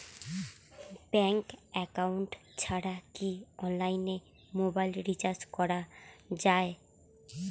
Bank account ছাড়া কি অনলাইনে মোবাইল রিচার্জ করা যায়?